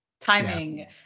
Timing